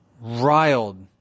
Riled